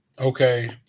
Okay